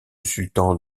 sultan